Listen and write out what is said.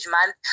Month